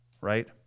right